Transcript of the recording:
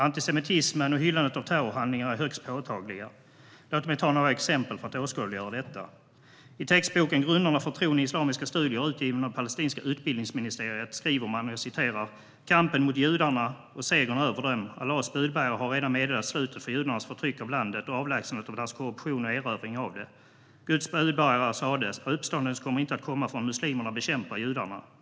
Antisemitismen och hyllandet av terrorhandlingar är högst påtagliga. Låt mig ta några exempel för att åskådliggöra detta. I textboken Grunderna för tron i islamiska studier , utgiven av det palestinska utbildningsministeriet, skriver man: Kampen mot judarna och segern över dem: Allahs budbärare har redan meddelat slutet för judarnas förtryck av landet och avlägsnandet av deras korruption och erövring av det. Vidare skriver man: Guds budbärare sade att uppståndelsen inte kommer att komma förrän muslimerna bekämpar judarna.